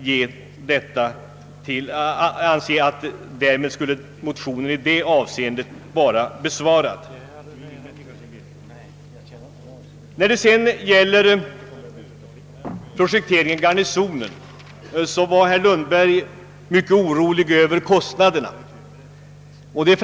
Bankoutskottet har ansett att motionen i det avseendet därmed skulle vara besvarad. I fråga om projekteringen av kvarteret Garnisonen var herr Lundberg mycket orolig över kostnaderna.